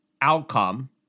outcome